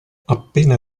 appena